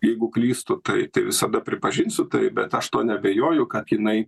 jeigu klystu tai tai visada pripažinsiu tai bet aš tuo neabejoju kad jinai